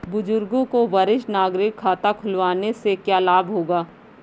बुजुर्गों को वरिष्ठ नागरिक खाता खुलवाने से क्या लाभ होगा?